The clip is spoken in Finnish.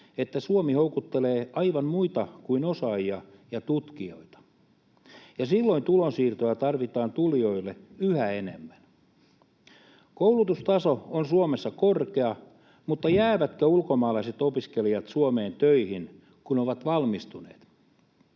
että Suomi houkuttelee aivan muita kuin osaajia ja tutkijoita. Ja silloin tulonsiirtoja tarvitaan tulijoille yhä enemmän. Koulutustaso on Suomessa korkea, mutta jäävätkö ulkomaalaiset opiskelijat Suomeen töihin, kun ovat valmistuneet,